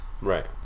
Right